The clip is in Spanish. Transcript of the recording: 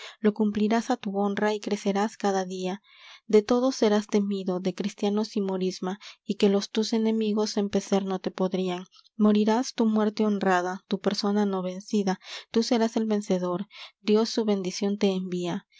lo cumplirás á tu honra y crecerás cada día de todos serás temido de cristianos y morisma y que los tus enemigos empecer no te podrían morirás tú muerte honrada tu persona no vencida tú serás el vencedor dios su bendición te envía en